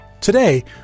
Today